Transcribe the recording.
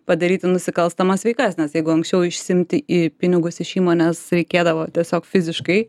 padaryti nusikalstamas veikas nes jeigu anksčiau išsiimti pinigus iš įmonės reikėdavo tiesiog fiziškai